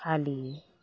फालियो